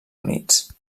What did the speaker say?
units